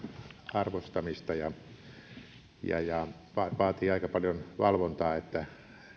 arvostamista ja ja vaatii aika paljon valvontaa että